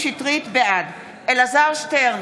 בעד אלעזר שטרן,